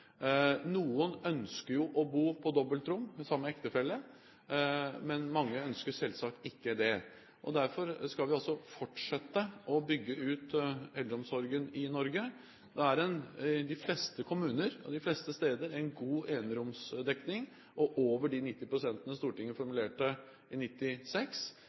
Noen ønsker jo å bo på dobbeltrom sammen med ektefelle, men mange ønsker selvsagt ikke det. Derfor skal vi altså fortsette å bygge ut eldreomsorgen i Norge. I de fleste kommuner, de fleste steder, er det en god eneromsdekning, og over de 90 pst. som Stortinget formulerte i